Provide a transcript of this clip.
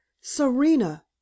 Serena